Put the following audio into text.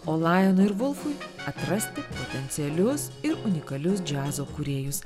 o lajonui ir volfui atrasti potencialius ir unikalius džiazo kūrėjus